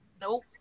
Nope